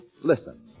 listen